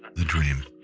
the dream